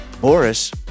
Boris